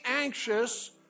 anxious